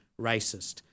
racist